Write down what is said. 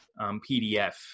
PDF